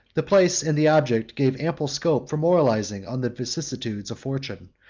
the place and the object gave ample scope for moralizing on the vicissitudes of fortune,